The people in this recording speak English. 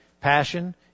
passion